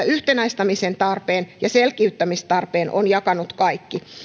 yhtenäistämisen tarpeen ja selkiyttämisen tarpeen ovat jakaneet kaikki